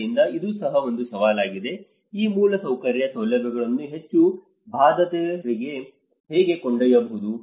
ಆದ್ದರಿಂದ ಇದು ಸಹ ಒಂದು ಸವಾಲಾಗಿದೆ ಈ ಮೂಲಸೌಕರ್ಯ ಸೌಲಭ್ಯಗಳನ್ನು ಹೆಚ್ಚು ಬಾಧಿತರಿಗೆ ಹೇಗೆ ಕೊಂಡೊಯ್ಯಬಹುದು